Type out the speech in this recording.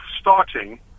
starting